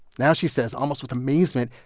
now, she says almost with amazement,